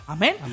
Amen